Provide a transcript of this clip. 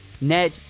Ned